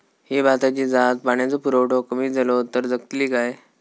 ही भाताची जात पाण्याचो पुरवठो कमी जलो तर जगतली काय?